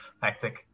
hectic